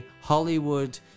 Hollywood